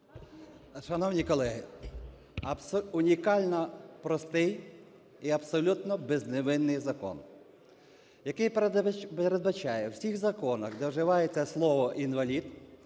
Шановні колеги! Унікально простий і абсолютно безневинний закон, який передбачає в усіх законах, де вживається слово "інвалід",